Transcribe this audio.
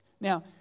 Now